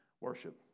worship